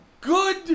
good